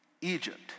Egypt